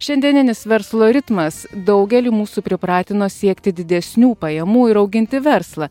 šiandieninis verslo ritmas daugelį mūsų pripratino siekti didesnių pajamų ir auginti verslą